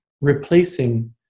replacing